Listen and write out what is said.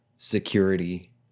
security